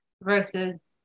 versus